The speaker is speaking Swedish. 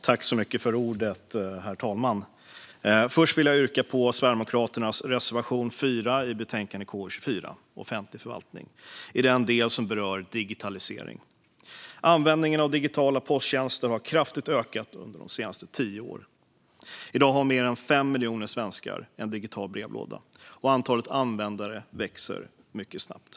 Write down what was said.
Herr talman! Först vill jag yrka bifall till Sverigedemokraternas reservation 4 i betänkande KU24 Offentlig förvaltning i den del som berör digitalisering. Användningen av digitala posttjänster har ökat kraftigt under de senaste tio åren. I dag har mer än 5 miljoner svenskar en digital brevlåda, och antalet användare växer mycket snabbt.